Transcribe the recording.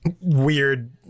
weird